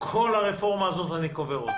את כל הרפורמה הזאת אני קובר.